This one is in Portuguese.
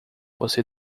você